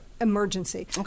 emergency